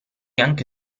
anche